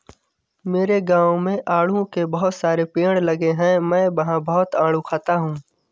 मेरे गाँव में आड़ू के बहुत सारे पेड़ लगे हैं मैं वहां बहुत आडू खाता हूँ